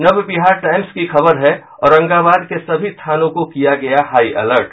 Navbihar Times की खबर है औरंगाबाद के सभी थानों को किया गया हाई अलर्ट